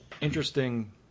Interesting